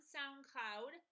SoundCloud